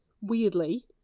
weirdly